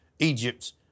Egypt